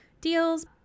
deals